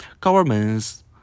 governments